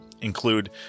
include